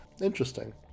interesting